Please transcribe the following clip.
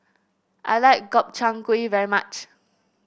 I like Gobchang Gui very much